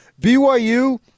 BYU